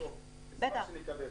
נשמח לקבל.